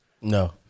No